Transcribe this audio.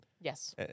Yes